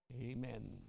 Amen